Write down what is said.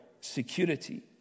security